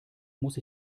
muss